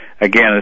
Again